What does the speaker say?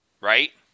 right